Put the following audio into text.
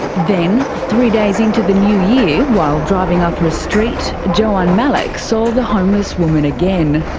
then, three days into the new year, while driving up her street, joanne malloch saw the homeless woman again.